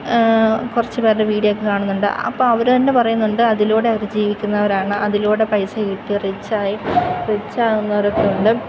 കുറച്ച് പേരുടെ വീഡിയോ ഒക്കെ കാണുന്നുണ്ട് അപ്പോൾ അവർ തന്നെ പറയുന്നുണ്ട് അതിലൂടെ അവർ ജീവിക്കുന്നവരാണ് അതിലൂടെ പൈസ കിട്ടി റിച്ച് ആയി റിച്ച് ആകുന്നവരൊക്കെയുണ്ട്